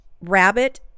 rabbit